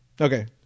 Okay